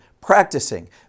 practicing